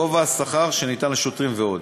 גובה השכר שניתן לשוטרים ועוד.